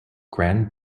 grand